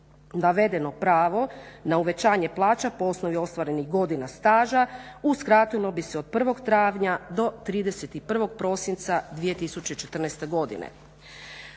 Navedeno pravo na uvećanje plaća po osnovi ostvarenih godina staža uskratilo bi se od 1.travnja do 31.prosinca 2014.godine.